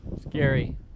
Scary